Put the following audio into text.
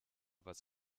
was